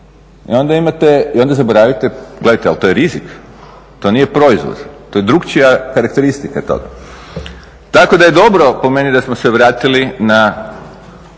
I onda imate, i onda zaboravite, gledajte, ali to je rizik, to nije proizvod, to je drugačija karakteristika toga. Tako da je dobro po meni da smo se vratili na